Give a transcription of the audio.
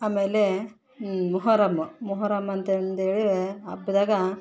ಆಮೇಲೆ ಮೊಹರಂ ಮೊಹರಂ ಅಂತಂದೇಳಿ ಹಬ್ದಾಗ